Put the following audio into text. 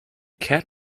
cat